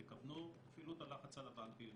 תכוונו אפילו את הלחץ על הבנקים,